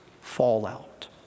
fallout